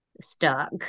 stuck